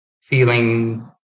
feeling